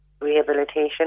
rehabilitation